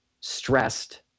stressed